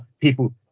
people